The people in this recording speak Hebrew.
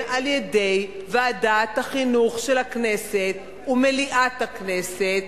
על-ידי ועדת החינוך של הכנסת ומליאת הכנסת